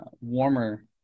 warmer